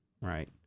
right